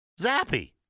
Zappy